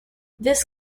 this